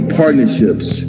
partnerships